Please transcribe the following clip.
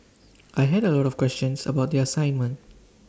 I had A lot of questions about the assignment